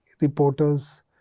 reporters